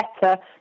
better